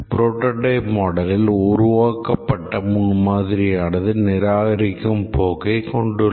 prototype மாடலில் உருவாக்கப்பட்ட முன்மாதிரியானது நிராகரிக்கும் போக்கை கொண்டது